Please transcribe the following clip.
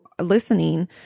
listening